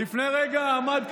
יועז,